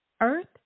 Earth